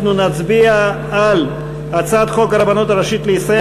אנחנו נצביע על הצעת חוק הרבנות הראשית לישראל